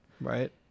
Right